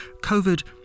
COVID